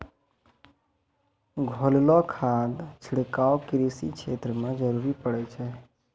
घोललो खाद छिड़काव कृषि क्षेत्र म जरूरी पड़ै छै